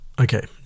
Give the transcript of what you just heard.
okay